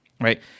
right